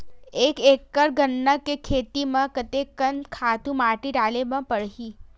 एक एकड़ गन्ना के खेती म कते कन खातु माटी डाले ल पड़ही?